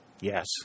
Yes